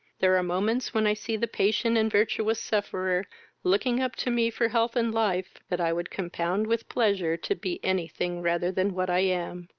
there are moments when i see the patient and virtuous sufferer looking up to me for health and life, that i would compound with pleasure to be any thing rather than what i am.